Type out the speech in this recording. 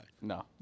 No